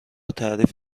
تعریف